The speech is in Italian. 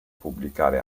pubblicare